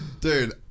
Dude